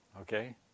okay